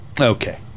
Okay